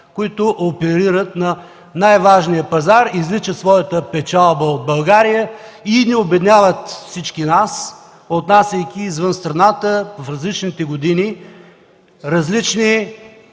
които оперират на най-важния пазар, извличат своята печалба от България и обедняват всички нас, изнасяйки извън страната в различните години различни